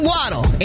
Waddle